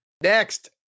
Next